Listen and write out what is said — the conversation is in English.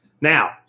Now